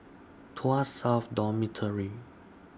Tuas South Dormitory